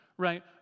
Right